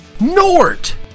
Nort